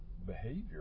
behavior